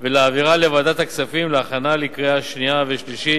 ולהעבירה לוועדת הכספים להכנה לקריאה שנייה ושלישית.